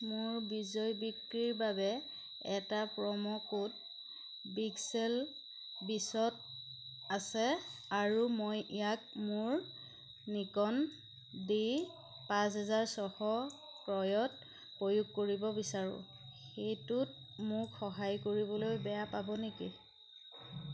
মোৰ বিজয় বিক্ৰীৰ বাবে এটা প্ৰম' কোড বিগ চেল বিছত আছে আৰু মই ইয়াক মোৰ নিকন ডি পাঁচ হেজাৰ ছশ ক্ৰয়ত প্ৰয়োগ কৰিব বিচাৰোঁ সেইটোত মোক সহায় কৰিবলৈ বেয়া পাবনেকি